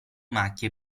macchie